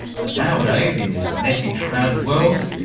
but nowadays, in this message-crowded world?